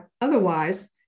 otherwise